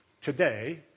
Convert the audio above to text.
today